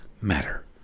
matter